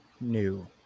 new